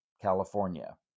California